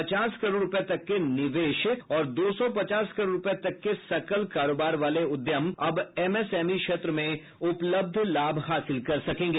पचास करोड़ रुपये तक के निवेश और दो सौ पचास करोड़ रुपये तक के सकल कारोबार वाले उद्यम अब एमएसएमई क्षेत्र में उपलब्ध लाभ हासिल कर सकेंगे